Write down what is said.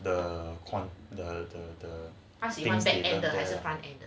的的的的的